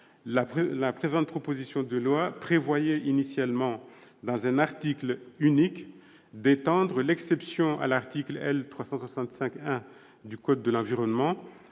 la proposition de loi prévoyait initialement dans un article unique d'étendre l'exception prévue à l'article L. 365-1 du code de l'environnement